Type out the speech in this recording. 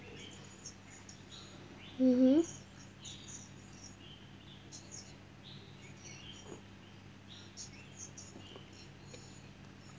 mmhmm